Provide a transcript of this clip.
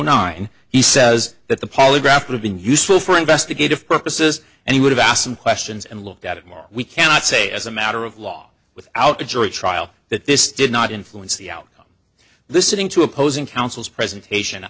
nine he says that the polygraph have been useful for investigative purposes and he would have asked some questions and looked at it more we cannot say as a matter of law without a jury trial that this did not influence the out listening to opposing counsel's presentation